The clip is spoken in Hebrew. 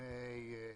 לפני שבע,